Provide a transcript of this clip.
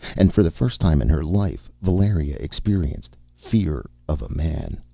and for the first time in her life valeria experienced fear of a man.